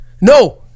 No